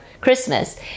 Christmas